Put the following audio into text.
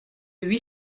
huit